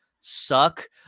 suck